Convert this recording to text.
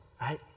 right